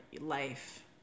life